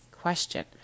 question